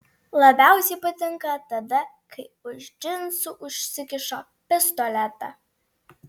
labiausiai patinka tada kai už džinsų užsikiša pistoletą